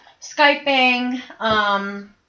Skyping